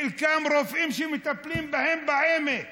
חלקם רופאים שמטפלים בהם בהעמק